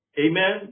Amen